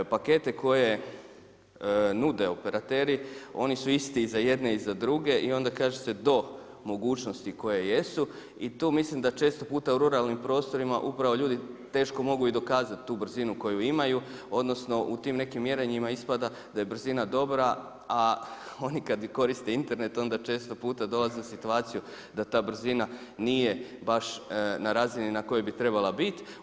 Pakete koje nude operateri, oni su isti i za jedne i za druge, onda kaže se do mogućnosti koje jesu i tu mislim da često puta u ruralnim prostorima upravo ljudi teško mogu i dokazati tu brzinu koju imaju, odnosno, u tim nekim mjerenjima ispada da je brzina dobra, a oni kad koriste Internet, onda često puta dolaze u situaciju da ta brzina nije baš na razini na kojoj bi trebala biti.